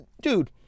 Dude